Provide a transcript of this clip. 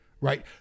Right